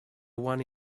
one